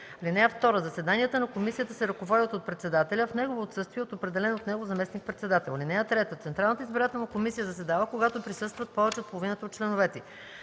й. (2) Заседанията на комисията се ръководят от председателя, а в негово отсъствие – от определен от него заместник-председател. (3) Общинската избирателна комисия заседава, когато присъстват повече от половината от членовете